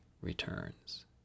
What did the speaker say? returns